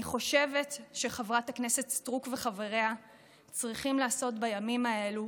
אני חושבת שחברת הכנסת סטרוק וחבריה צריכים לעשות בימים האלו